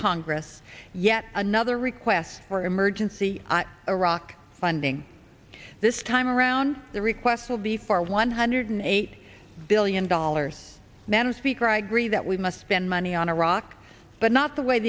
congress yet another request for emergency iraq funding this time around the request will be for one hundred eight billion dollars man a speaker i agree that we must spend money on iraq but not the way